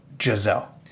Giselle